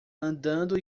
andando